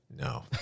No